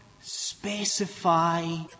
specify